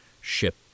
ship